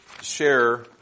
share